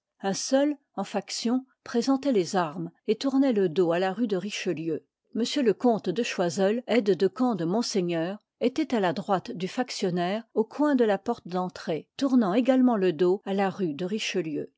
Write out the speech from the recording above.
un seul en faction présentoit les armes et tournoit le dos à la pue de richelieu m le comte de choiseul aide-de-camp de monseigneur étoit à la droite du factionnaire au coin de la porte i part d'entrée tournant également le dos à la liv il rue de richelieu